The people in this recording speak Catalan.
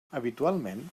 habitualment